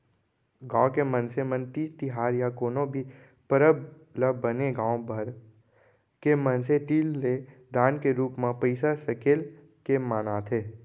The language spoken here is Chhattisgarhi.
गाँव के मनसे मन तीज तिहार या कोनो भी परब ल बने गाँव भर के मनसे तीर ले दान के रूप म पइसा सकेल के मनाथे